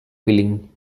feeling